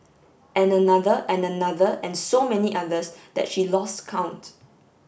and another and another and so many others that she lost count